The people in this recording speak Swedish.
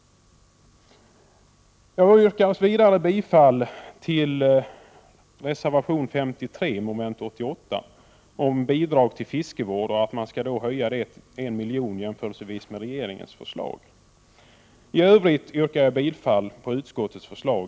Jag yrkar vidare bifall till reservation 53 om bidrag till fiskevård. Den går ut på att man skall höja bidraget med 1 miljon jämfört med vad som föreslås av regeringen. I övrigt yrkar jag bifall till utskottets förslag.